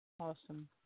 Awesome